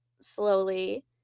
slowly